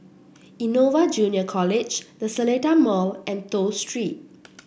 Innova Junior College The Seletar Mall and Toh Street